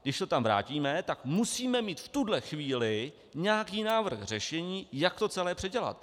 Když to tam vrátíme, tak musíme mít v tuhle chvíli nějaký návrh řešení, jak to celé předělat.